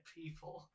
people